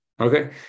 Okay